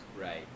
right